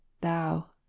thou